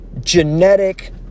genetic